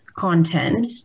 content